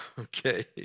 Okay